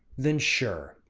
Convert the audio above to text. then sure,